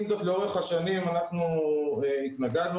לאורך השנים אנחנו התנגדנו,